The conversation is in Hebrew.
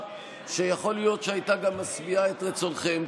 שיכול להיות שהייתה גם משביעה את רצונכם,